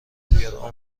بیار